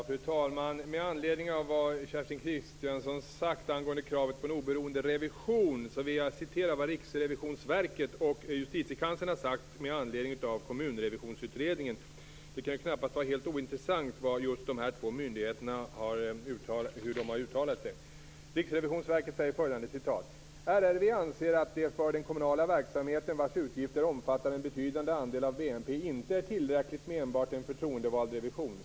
Fru talman! Med anledning av vad Kerstin Kristiansson sagt angående kravet på en oberoende revision vill jag återge vad Riksrevisionsverket och Justitiekanslern har sagt med anledning av Kommunrevisionsutredningen. Det kan ju knappast vara helt ointressant hur dessa två myndigheter har uttalat sig. Riksrevisionsverket säger följande: "RRV anser att det för den kommunala verksamheten vars utgifter omfattar en betydande andel av BNP inte är tillräckligt med enbart en förtroendevald revision.